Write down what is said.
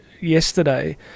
yesterday